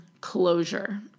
closure